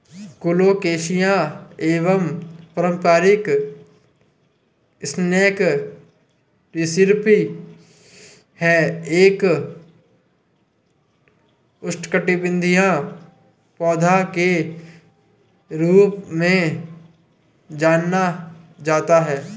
colocasia एक पारंपरिक snack recipe है एक उष्णकटिबंधीय पौधा के रूप में जाना जाता है